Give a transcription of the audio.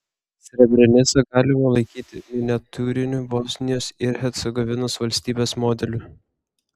srebrenicą galima laikyti miniatiūriniu bosnijos ir hercegovinos valstybės modeliu